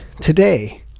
today